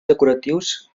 decoratius